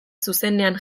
zuzenean